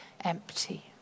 empty